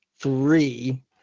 three